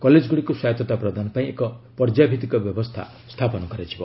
କଲେଜଗୁଡ଼ିକୁ ସ୍ୱାୟତ୍ତତା ପ୍ରଦାନ ପାଇଁ ଏକ ପର୍ଯ୍ୟାୟଭିତ୍ତିକ ବ୍ୟବସ୍ଥା ସ୍ଥାପନ କରାଯିବ